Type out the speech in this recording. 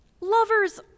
Lovers